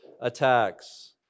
attacks